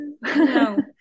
No